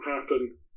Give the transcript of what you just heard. happen